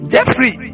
Jeffrey